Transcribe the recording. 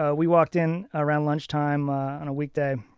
ah we walked in around lunchtime on a weekday,